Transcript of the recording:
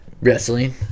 Wrestling